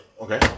Okay